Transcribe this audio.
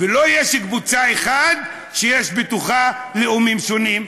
ולא שיש קבוצה אחת שיש בתוכה לאומים שונים.